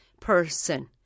person